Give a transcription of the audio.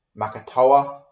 Makatoa